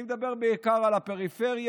אני מדבר בעיקר על הפריפריה,